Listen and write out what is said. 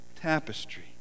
tapestry